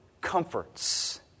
comforts